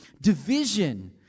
division